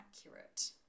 accurate